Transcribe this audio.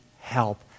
help